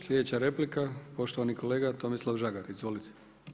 Sljedeća replika poštovani kolega Tomislav Žagar, izvolite.